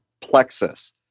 plexus